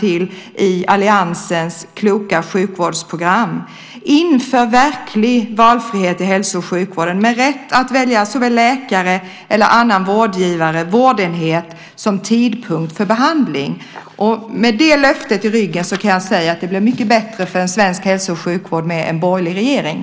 I alliansens kloka sjukvårdsprogram sägs: Inför verklig valfrihet i hälso och sjukvården med rätt att välja både läkare, annan vårdgivare eller vårdenhet och tidpunkt för behandling! Med det löftet i ryggen kan jag säga att det med en borgerlig regering blir mycket bättre för den svenska hälso och sjukvården.